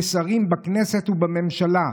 כשרים בכנסת ובממשלה.